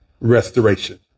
Restoration